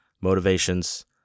motivations